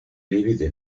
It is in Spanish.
divide